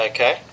Okay